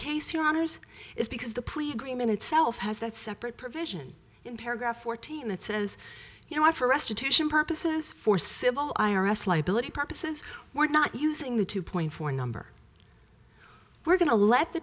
your honour's is because the plea agreement itself has that separate provision in paragraph fourteen that says you know i for restitution purposes for civil i r s liability purposes we're not using the two point four number we're going to let the